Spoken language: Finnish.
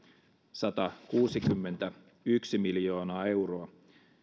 satakuusikymmentäyksi miljoonaa euroa